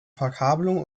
verkabelung